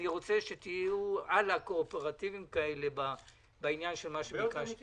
אני רוצה שתהיו הלאה קואופרטיביים בעניין הבקשות שלי.